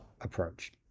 approach